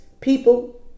people